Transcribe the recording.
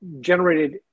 generated